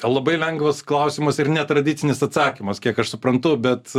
labai lengvas klausimas ir netradicinis atsakymas kiek aš suprantu bet